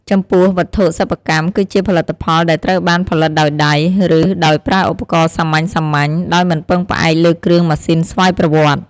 ចំពោះ វត្ថុសិប្បកម្ម គឺជាផលិតផលដែលត្រូវបានផលិតដោយដៃ ឬដោយប្រើឧបករណ៍សាមញ្ញៗ ដោយមិនពឹងផ្អែកលើគ្រឿងម៉ាស៊ីនស្វ័យប្រវត្តិ។